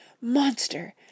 Monster